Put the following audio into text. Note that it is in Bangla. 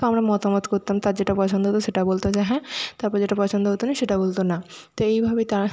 তো আমরা মতামত করতাম তার যেটা পছন্দ হতো সেটা বলতো যে হ্যাঁ তারপর যেটা পছন্দ হতো না সেটা বলতো না তো এইভাবে তার